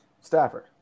Stafford